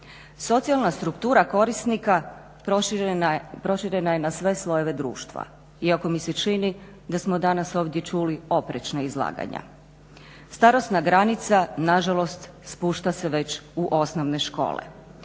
Socijalna struktura korisnika proširena je na sve slojeve društva, iako mi se čini da smo danas ovdje čuli oprečna izlaganja. Starosna granica nažalost spušta se već u osnovne škole,